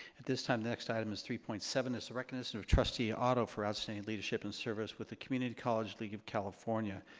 at this time, the next item is three point seven. it's the recognition of trustee otto for outstanding leadership and service with the community college league of california.